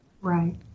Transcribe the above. Right